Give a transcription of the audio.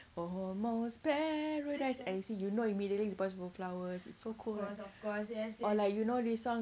almost paradise and you see you know immediately it's boys over flower so or like you know this song